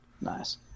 Nice